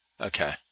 Okay